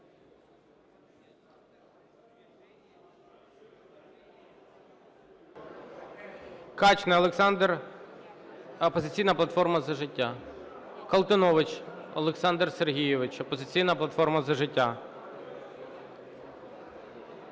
Качний Олександр, "Опозиційна платформа - За життя". Колтунович Олександр Сергійович, "Опозиційна платформа - За життя".